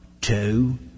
two